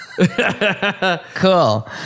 Cool